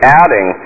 adding